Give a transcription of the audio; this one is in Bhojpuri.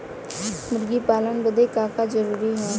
मुर्गी पालन बदे का का जरूरी ह?